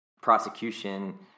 prosecution